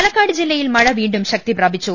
പാലക്കാട് ജില്ലയിൽ മഴ വീണ്ടും ശക്തിപ്രാപിച്ചു